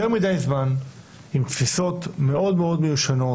מדי זמן עם תפיסות מאוד-מאוד מיושנות.